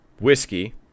Whiskey